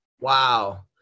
Wow